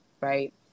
right